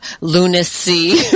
lunacy